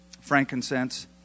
frankincense